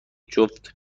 جفت